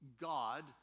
God